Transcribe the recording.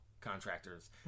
contractors